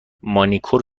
مانیکور